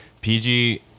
pg